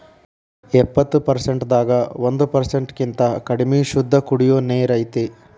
ಎಪ್ಪತ್ತು ಪರಸೆಂಟ್ ದಾಗ ಒಂದ ಪರಸೆಂಟ್ ಕಿಂತ ಕಡಮಿ ಶುದ್ದ ಕುಡಿಯು ನೇರ ಐತಿ